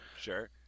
Sure